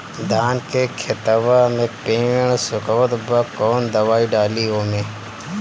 धान के खेतवा मे पेड़ सुखत बा कवन दवाई डाली ओमे?